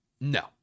No